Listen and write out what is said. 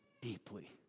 deeply